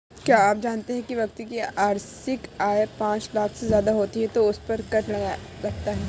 क्या आप जानते है व्यक्ति की वार्षिक आय पांच लाख से ज़्यादा होती है तो उसपर कर लगता है?